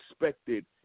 expected